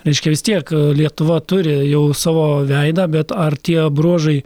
reiškia vis tiek lietuva turi jau savo veidą bet ar tie bruožai